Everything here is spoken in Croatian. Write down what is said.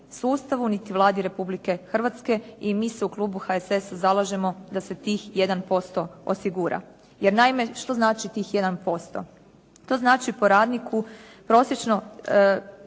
sustavu niti Vladi Republike Hrvatske. I mi se u klubu HSS-a zalažemo da se tih 1% osigura. Jer naime što znači tih 1%? To znači po radniku prosječno